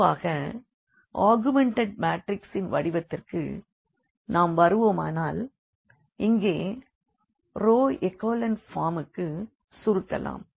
பொதுவாக ஆகுமெண்டட் மாட்ரிக்ஸின் வடிவத்திற்கு நாம் வருவோமானால் இங்கே ரோ எக்கோலன் ஃபார்ம் க்கு சுருக்கலாம்